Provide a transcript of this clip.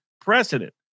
precedent